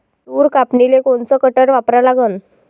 तूर कापनीले कोनचं कटर वापरा लागन?